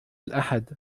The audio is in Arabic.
الأحد